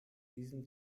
diesem